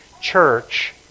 church